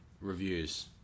reviews